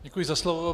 Děkuji za slovo.